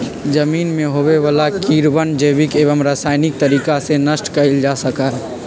जमीन में होवे वाला कीड़वन जैविक एवं रसायनिक तरीका से नष्ट कइल जा सका हई